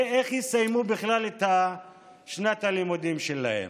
איך יסיימו בכלל את שנת הלימודים שלהם.